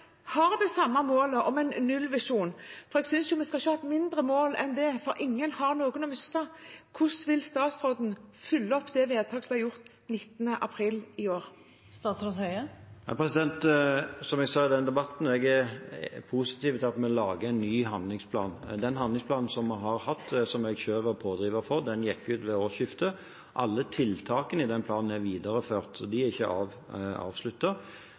det samme målet om en nullvisjon. Jeg synes jo ikke vi skal ha et lavere mål enn det, for ingen har noen å miste. Hvordan vil statsråden følge opp det vedtaket som ble gjort 19. april i år? Som jeg sa i den debatten, er jeg positiv til at vi lager en ny handlingsplan. Den handlingsplanen som vi har hatt, som jeg selv var pådriver for, gikk ut ved årsskiftet. Alle tiltak i den planen er videreført, så de er ikke